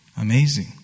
Amazing